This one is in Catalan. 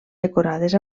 decorades